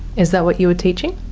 is that what you were teaching?